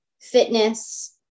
fitness